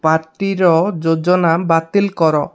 ପାର୍ଟିର ଯୋଜନା ବାତିଲ କର